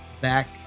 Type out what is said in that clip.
back